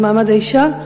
על מעמד האישה,